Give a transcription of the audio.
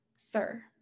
Sir